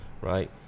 right